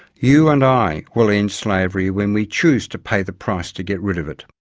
you and i will end slavery when we choose to pay the price to get rid of it.